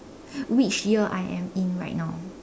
which year I am in right now